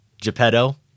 Geppetto